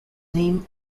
named